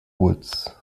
woods